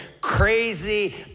crazy